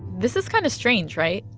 this is kind of strange, right?